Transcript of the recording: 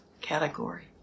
category